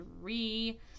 three